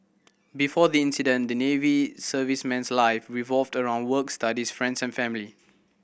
before the incident the Navy serviceman's life revolved around work studies friends and family